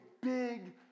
big